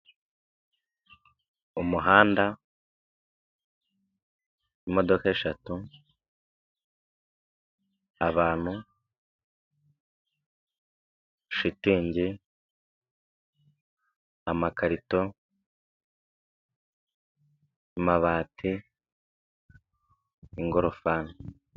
Umuhanda, imodoka eshatu, abantu, shitingi, amakarito, amabati ingorofani.